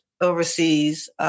overseas